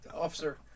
officer